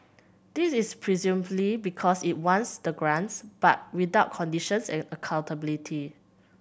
this is presumably because it wants the grants but without conditions and accountability